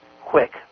quick